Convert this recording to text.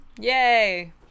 Yay